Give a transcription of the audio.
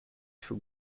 two